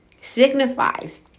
signifies